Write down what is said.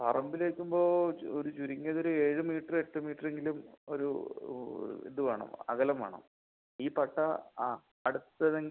പറമ്പില് നിൽക്കുമ്പോൾ ഒരു ചുരുങ്ങിയത് ഒര് ഏഴ് മീറ്റർ എട്ട് മീറ്റർ എങ്കിലും ഒരു ഇത് വേണം അകലം വേണം ഈ പട്ട ആ അടുത്ത് ഏതെങ്കിലും